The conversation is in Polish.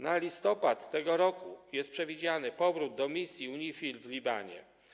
Na listopad tego roku jest przewidziany powrót do misji UNIFIL w Libanie.